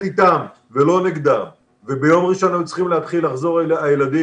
איתם ולא נגדם וביום ראשון היו צריכים להתחיל לחזור הילדים,